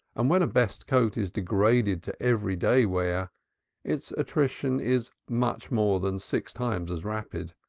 and when a best coat is degraded to every-day wear its attrition is much more than six times as rapid.